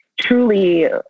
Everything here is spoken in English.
truly